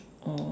oh